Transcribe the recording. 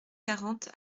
quarante